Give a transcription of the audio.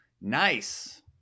nice